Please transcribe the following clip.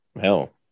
hell